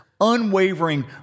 unwavering